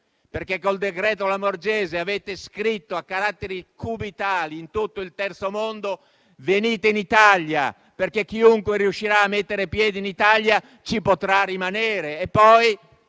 con il decreto Lamorgese avete scritto a caratteri cubitali in tutto il Terzo mondo: venite in Italia perché chiunque riuscirà a mettere piede in Italia ci potrà rimanere.